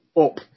up